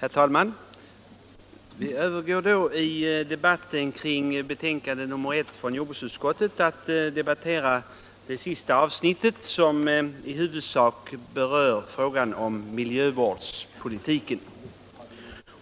Herr talman! I debatten om jordbruksutskottets betänkande nr 1 övergår vi nu till att diskutera det sista avsnittet, som i huvudsak berör miljövårdspolitiken.